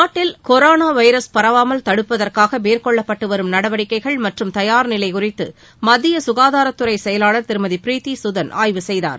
நாட்டில் corona virus பரவாமல் தடுப்பதற்காக மேற்கொள்ளப்பட்டுவரும் நடவடிக்கைகள் மற்றும் தயார்நிலை குறித்து மத்திய ககாதாரத் துறை செயலாளர் திருமதி ப்ரீத்தி கதன் ஆய்வு செய்தார்